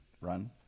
run